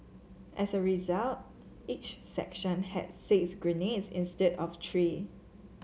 as a result each section had six grenades instead of three